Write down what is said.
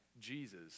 Jesus